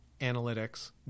analytics